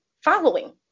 following